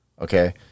Okay